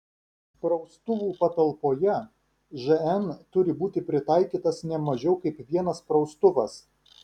praustuvų patalpoje žn turi būti pritaikytas ne mažiau kaip vienas praustuvas